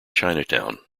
chinatown